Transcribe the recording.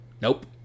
nope